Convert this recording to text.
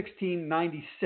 1696